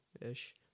ish